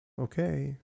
okay